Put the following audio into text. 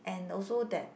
and also that